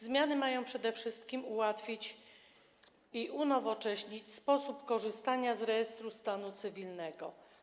Zmiany mają przede wszystkim ułatwić i unowocześnić sposób korzystania z Rejestru Stanu Cywilnego.